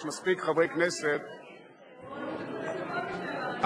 אם זה בא כהצעת חוק לא תהיה לי ברירה אלא לבקש להצביע נגד,